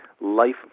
life